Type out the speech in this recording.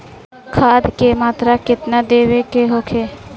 खाध के मात्रा केतना देवे के होखे?